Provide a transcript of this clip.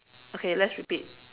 okay let's repeat